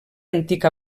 antic